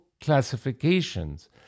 classifications